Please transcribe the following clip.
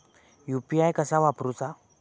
UPI कसा वापरूचा?